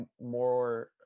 more